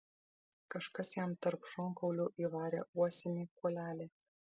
kažkas jam tarp šonkaulių įvarė uosinį kuolelį